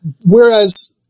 whereas